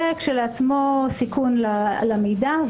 זה כשלעצמו סיכון למידע.